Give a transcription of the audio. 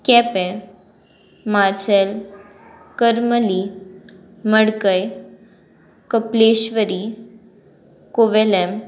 Quepem Marcel Karmali Madkai Kapleshwar Kovelam